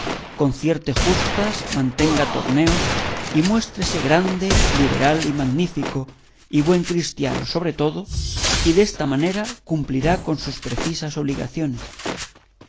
concierte justas mantenga torneos y muéstrese grande liberal y magnífico y buen cristiano sobre todo y desta manera cumplirá con sus precisas obligaciones